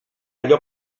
allò